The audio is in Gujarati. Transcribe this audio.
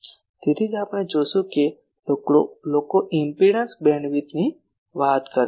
તેથી જ આપણે જોશું કે લોકો ઇમ્પેડંસ બેન્ડવિડ્થની વાત કરે છે